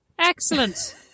Excellent